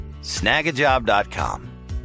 Snagajob.com